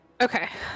Okay